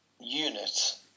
unit